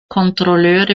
kontrolleure